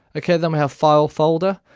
ok then we have file folder.